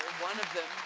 one of them,